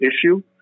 issue